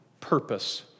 purpose